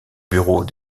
bureau